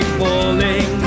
falling